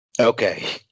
okay